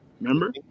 Remember